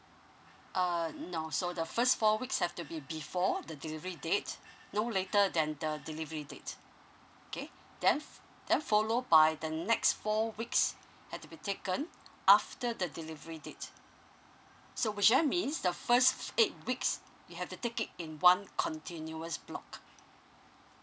uh no so the first four weeks have to be before the delivery date no later than the delivery date okay then then follow by the next four weeks have to be taken after the delivery date so which I mean the first eight weeks you have to take in one continuous block